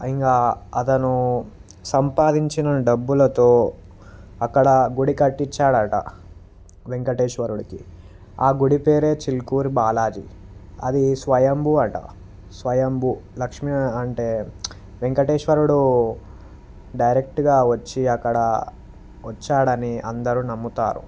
ఇంకా అతను సంపాదించిన డబ్బులతో అక్కడ గుడి కట్టించాడట వెంకటేశ్వరుడికి ఆ గుడి పేరే చిలుకూరి బాలాజీ అది స్వయంభు అట స్వయంభు లక్ష్మి అంటే వెంకటేశ్వరుడు డైరెక్ట్గా వచ్చి అక్కడ వచ్చాడని అందరూ నమ్ముతారు